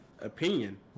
opinion